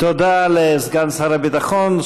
תודה לסגן שר הביטחון.